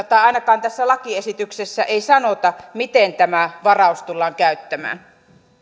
tai ainakaan tässä lakiesityksessä ei sanota miten tämä varaus tullaan käyttämään